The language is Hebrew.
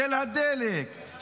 של הדלק,